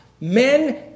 Men